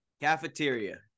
Cafeteria